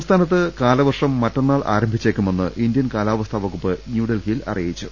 സംസ്ഥാനത്ത് കാലവർഷം മറ്റന്നാൾ ആരംഭിച്ചേക്കുമെന്ന് ഇന്ത്യൻ കാലാവസ്ഥാ വകുപ്പ് ന്യൂഡൽഹിയിൽ അറിയിച്ചു